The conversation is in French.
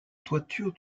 toiture